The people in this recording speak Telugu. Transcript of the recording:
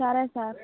సరే సార్